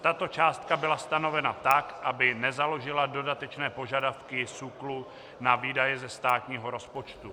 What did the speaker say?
Tato částka byla stanovena tak, aby nezaložila dodatečné požadavky SÚKLu na výdaje ze státního rozpočtu.